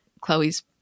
Chloe's